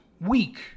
weak